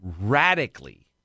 radically